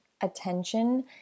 attention